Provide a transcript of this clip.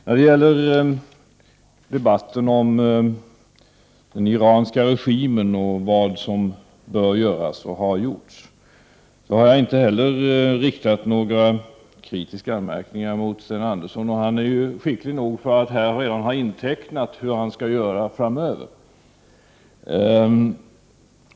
När det gäller debatten om den iranska regimen och vad som bör göras och har gjorts har jag inte heller riktat några kritiska anmärkningar mot Sten Andersson. Han är skicklig nog att här redan ha intecknat hur han skall göra framöver.